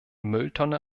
mülltonne